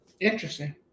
Interesting